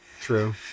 true